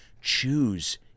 choose